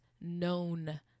known